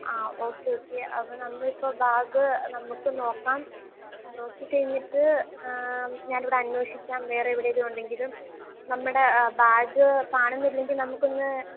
ആ okay okay അപ്പോൾ നമ്മളിപ്പോൾ ബാഗ് നമുക്ക് നോക്കാം നോക്കി കഴിഞ്ഞിട്ട് ഞാനിവിടെ അന്വേഷിക്കാം വേറെ എവിടേലും ഉണ്ടെങ്കിലും നമ്മുടെ ബാഗ് കാണുന്നില്ലെങ്കിൽ നമുക്കൊന്ന്